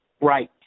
right